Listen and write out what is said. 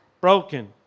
broken